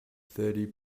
thirty